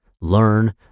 learn